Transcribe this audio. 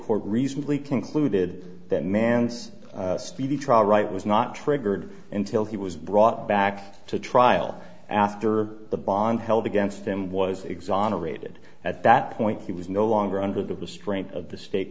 court recently concluded that man's speedy trial right was not triggered until he was brought back to trial after the bond held against him was exonerated at that point he was no longer under the strain of the state